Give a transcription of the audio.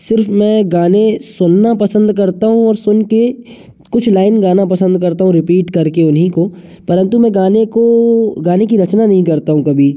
सिर्फ मैं गाने सुनना पसंद करता हूँ और सुन के कुछ लाइन गाना पसंद करता हूँ रिपीट करके उन्हीं को परंतु मैं गाने को गाने की रचना नहीं करता हूँ कभी